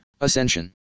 Ascension